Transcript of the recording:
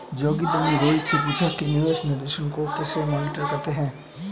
जोगिंदर ने रोहित से पूछा कि निवेश प्रदर्शन को कैसे मॉनिटर करते हैं?